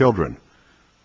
children